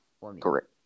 Correct